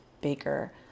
Baker